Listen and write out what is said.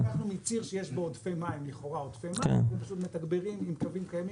הלכנו עם ציר שיש בו לכאורה עודפי מים ופשוט מתגברים עם קווים קיימים.